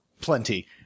plenty